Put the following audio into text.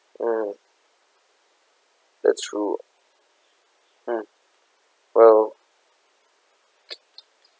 mm that's true mm well